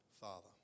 Father